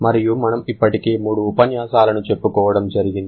మరియు మనము ఇప్పటికే మూడు ఉపన్యాసాలను చెప్పుకోవడం జరిగింది